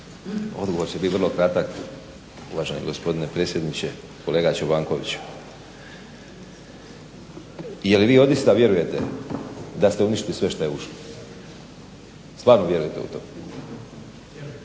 Odgovor će bit vrlo kratak uvaženi gospodine predsjedniče. Kolega Čobankoviću, je li vi odista vjerujete da ste uništili sve što je ušlo? Stvarno vjerujete u to?